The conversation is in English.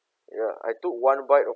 ya I took one bite of